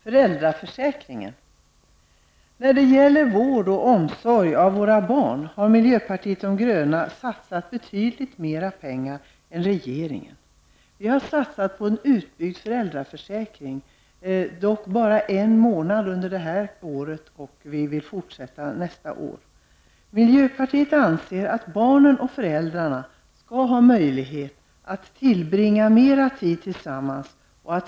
Herr talman! Vi talar nu om föräldraförsäkringen. Miljöpartiet de gröna har satsat betydligt mer pengar än regeringen på vård och omsorg om våra barn. Vi har satsat på en utbyggd föräldraförsäkring, dock bara en månad under detta år, men vi vill fortsätta med det under nästa år. Miljöpartiet de gröna anser att barnen och föräldrarna skall ges möjlighet att tillbringa mer tid tillsammans.